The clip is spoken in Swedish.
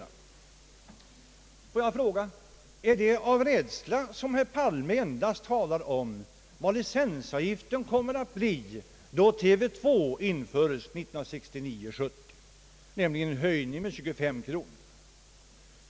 Låt mig först fråga: Är det av rädsla som herr Palme endast talar om vad licensavgiften kommer att bli då TV 2 införes 1969/70, nämligen efter en höjning med 25 kronor?